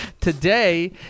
Today